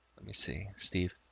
let me see steve.